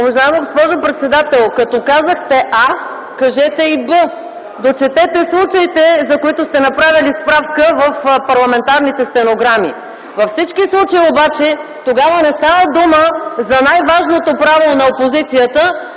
Уважаема госпожо председател, като казахте „А”, кажете и „Б” – дочетете случаите, за които сте направили справка в парламентарните стенограми. Във всички случаи обаче тогава не става дума за най-важното право на опозицията